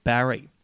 Barry